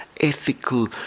ethical